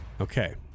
Okay